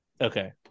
Okay